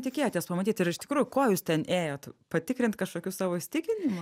tikėjotės pamatyt ir iš tikrųjų ko jūs ten ėjot patikrint kažkokių savo įsitikinimų